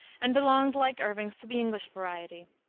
and belonged, like irving's, to the english variety.